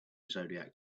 zodiac